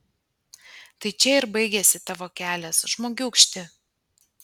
tai čia ir baigiasi tavo kelias žmogiūkšti